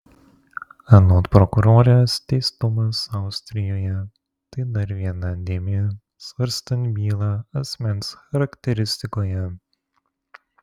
anot prokurorės teistumas austrijoje tai dar viena dėmė svarstant bylą asmens charakteristikoje